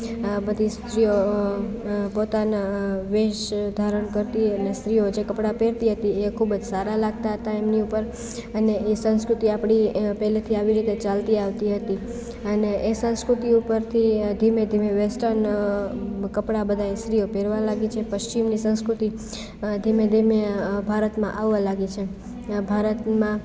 આ બધી સ્ત્રીઓ પોતાના વેશ ધારણ કરતી અને સ્ત્રીઓ જે કપડા પહેરતી એ ખૂબ જ સારા લગતા હતા એમની ઉપર અને એ સંસ્કૃતિ આપણી પહેલેથી આવી રીતે ચાલતી આવતી હતી અને એ સંસ્કૃતિ ઉપરથી ધીમે ધીમે વેસ્ટર્ન કપડા બધાય સ્ત્રીઓ પહેરવા લાગી છે પશ્ચિમની સંસ્કૃતિ ધીમે ધીમે ભારતમાં આવવા લાગી છે ભારતમાં